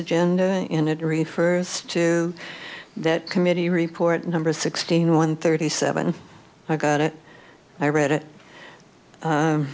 agenda and it refers to that committee report number sixteen one thirty seven i got it i read it